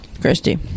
Christy